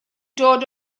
dod